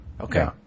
Okay